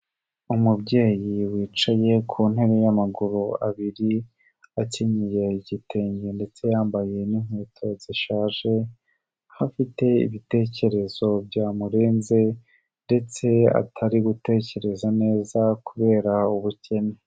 Umubyeyi wicaye ku ntebe y'amaguru abiri, akenyeye igitenge ndetse yambaye n'inkweto zishaje, afite ibitekerezo byamurenze ndetse atari gutekereza neza kubera ubukene.